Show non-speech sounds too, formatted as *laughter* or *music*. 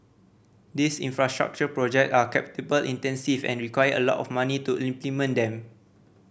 these infrastructure project are *unintelligible* intensive and require a lot of money to implement them